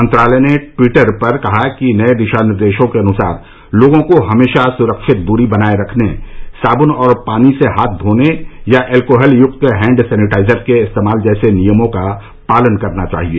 मंत्रालय ने ट्वीटर पर कहा कि नए दिशा निर्देशों के अनुसार लोगों को हमेशा सुरक्षित दूरी बनाए रखने साबुन और पानी से हाथ धोने या एल्कोहल युक्त हैंड सैनिटाइजर के इस्तेमाल जैसे नियमों का पालन करना चाहिए